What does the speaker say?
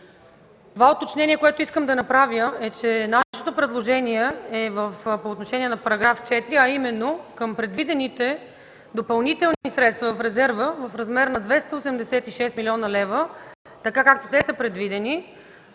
Това уточнение, което искам да направя, е, че нашите предложения са по отношение на § 4, именно – към предвидените допълнителни средства в резерва в размер на 286 млн. лв., така както те са предвидени